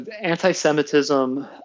anti-Semitism